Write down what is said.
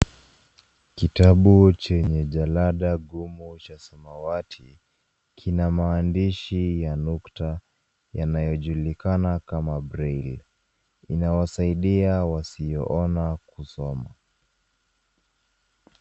Kitabu chenye jalada gumu cha samawati kina maandishi ya nukta yanayojulikana kama braille .Inawasaidia wasioona kusoma.